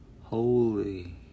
Holy